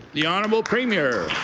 the honorable premier.